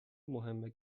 مهم